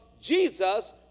Jesus